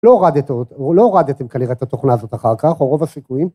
לא הורדתם כנראה את התוכנה הזאת אחר כך, או רוב הסיכויים.